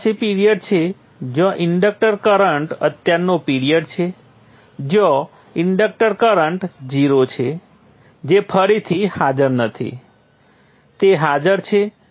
તમારી પાસે પિરીઅડ છે જ્યાં ઇન્ડક્ટર કરંટ અત્યારનો પિરીઅડ છે જ્યાં ઇન્ડક્ટર કરંટ 0 છે જે ફરીથી હાજર નથી તે હાજર છે